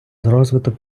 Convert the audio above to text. розвиток